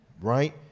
right